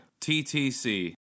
ttc